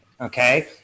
Okay